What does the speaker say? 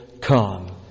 come